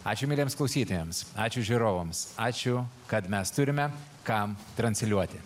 ačiū mieliems klausytojams ačiū žiūrovams ačiū kad mes turime kam transliuoti